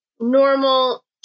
normal